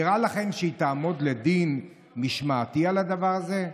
נראה לכם שהיא תעמוד לדין משמעתי על הדבר הזה,